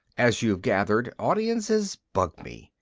as you've gathered, audiences bug me.